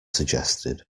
suggested